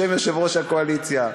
בשם יושב-ראש הקואליציה,